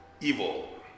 evil